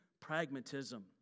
pragmatism